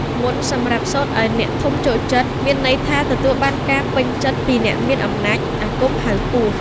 មន្តសម្រាប់សូត្រឱ្យអ្នកធំចូលចិត្ត មានន័យថាទទួលបានការពេញចិត្តពីអ្នកមានអំណាច អាគមហៅពស់។